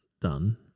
done